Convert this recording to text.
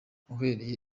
uhereye